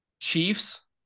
Chiefs